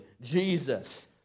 Jesus